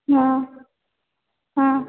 हाँ हाँ